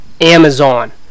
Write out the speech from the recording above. Amazon